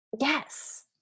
Yes